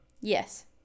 Yes